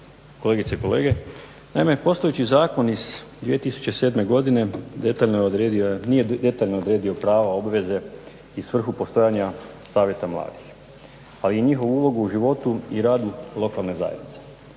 kolegice i kolege. Naime, postojeći zakon iz 2007.godine nije detaljno odredio prava, obveze i svrhu postojanja savjeta mladih, ali njihovu ulogu u životu i radu lokalne zajednice.